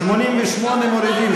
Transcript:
88 מורידים.